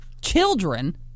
Children